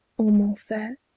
or more fair?